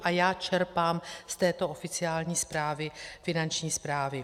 A já čerpám z této oficiální zprávy Finanční správy.